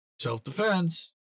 self-defense